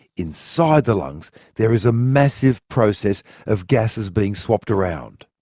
inside the lungs, there is a massive process of gases being swapped around.